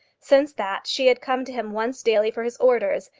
since that she had come to him once daily for his orders,